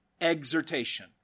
exhortation